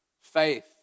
faith